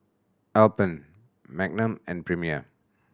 Alpen Magnum and Premier